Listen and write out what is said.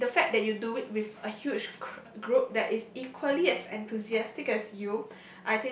and the fact that you do it with a huge cr~ group that is equally as enthusiastic as you